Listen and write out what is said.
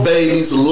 Babies